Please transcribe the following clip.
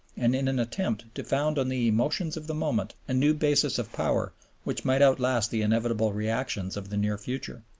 and in an attempt to found on the emotions of the moment a new basis of power which might outlast the inevitable reactions of the near future.